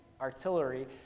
artillery